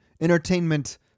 entertainment